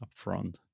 upfront